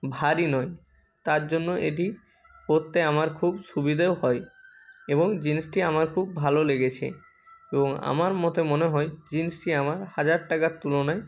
ভারী নয় তার জন্য এটি পরতে আমার খুব সুবিধেও হয় এবং জিন্সটি আমার খুব ভালো লেগেছে এবং আমার মতে মনে হয় জিন্সটি আমার হাজার টাকার তুলনায়